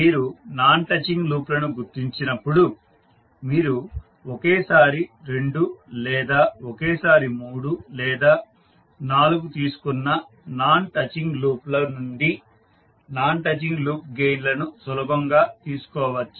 మీరు non touching లూప్లను గుర్తించినప్పుడు మీరు ఒకేసారి రెండు లేదా ఒకేసారి మూడు లేదా నాలుగు తీసుకున్న నాన్ టచింగ్ లూప్ల నుండి నాన్ టచింగ్ లూప్ గెయిన్ లను సులభంగా తెలుసుకోవచ్చు